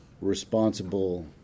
responsible